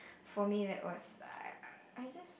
for me that was I~ I just